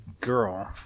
girl